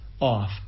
off